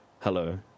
hello